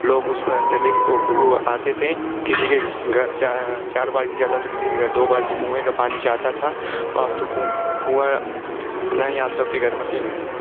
लोग उस पर अत्यधिक वो आते थे किसी के घर चार चार बाल्टी जाता था किसी के घर दो बाल्टी कुएँ का पानी जाता था अब तो कुं कुआँ नहीं अब सबके घर मसीन हो गई